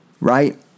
right